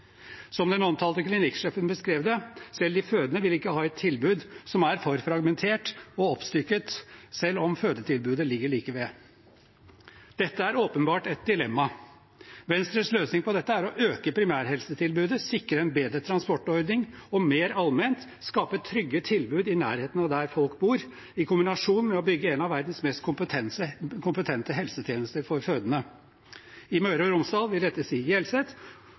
Som den omtalte klinikksjefen beskrev det: Selv de fødende vil ikke ha et tilbud som er for fragmentert og oppstykket, selv om fødetilbudet ligger like ved. Dette er åpenbart et dilemma. Venstres løsning på dette er å øke primærhelsetilbudet, sikre en bedre transportordning og – mer allment – skape trygge tilbud i nærheten av der folk bor, i kombinasjon med å bygge en av verdens mest kompetente helsetjenester for fødende. I Møre og Romsdal vil dette si